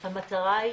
המטרה היא